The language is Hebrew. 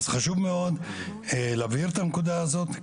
אז חשוב מאוד להבהיר את הנקודה הזאת,